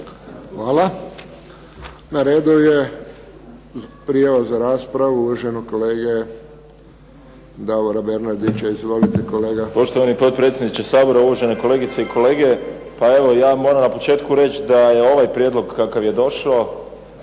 Hvala. Na redu je prijava za raspravu uvaženog kolega Davora Bernardića. Izvolite kolega. **Bernardić, Davor (SDP)** Poštovani potpredsjedniče Sabora, uvažene kolegice i kolege pa evo ja moram na početku reći da je ovaj prijedlog kakav je došao